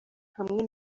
hamwe